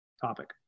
topic